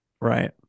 Right